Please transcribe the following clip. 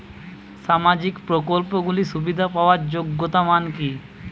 সামাজিক প্রকল্পগুলি সুবিধা পাওয়ার যোগ্যতা মান কি?